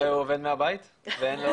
אולי הוא עובד מהבית ואין לו